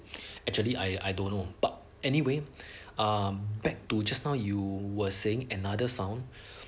actually I I don't know but anyway um back to just now you were saying another sound